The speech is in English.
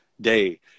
day